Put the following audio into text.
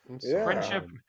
Friendship